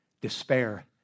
despair